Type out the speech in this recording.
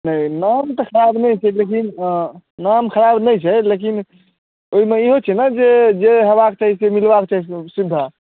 नहि नाम तऽ खराब नहि छै लेकिन नाम खराब नहि छै लेकिन ओहिमे ई होइत छै ने जे हेबाक चाही से जे मिलबाक चाही सुविधा